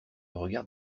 regarde